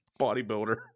bodybuilder